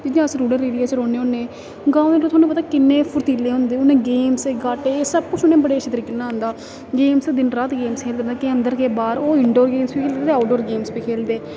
जि'यां अस rural area च रौह्न्ने होन्ने गांव दे ते थुहानू पता किन्ने फुतीले होंदे उ'नें गेम्स गाटे सब कुछ उ'नें बड़े अच्छे तरीके कन्नै आंदा गेम्स दिन रात गेम्स खेलदे केह् अंदर केह् बाह्र ओह् इंडोर गेम्स बी खेलदे आउटडोर गेम बी खेलदे